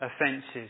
offences